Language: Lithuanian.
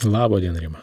labą dieną rima